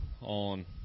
on